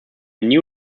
new